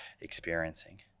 experiencing